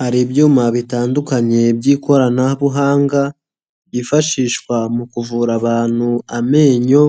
Hari ibyuma bitandukanye by'ikoranabuhanga, byifashishwa mu kuvura abantu amenyo